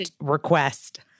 request